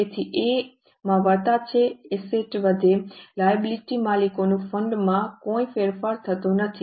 તેથી A માં વત્તા છે એસેટ્સ વધે છે લાયબિલિટી માલિકોના ફંડ માં કોઈ ફેરફાર થતો નથી